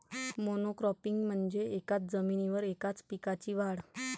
monocropping म्हणजे एकाच जमिनीवर एकाच पिकाची वाढ